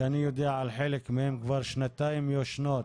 שאני יודע על חלק מהן כבר שנתיים שישנות